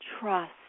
trust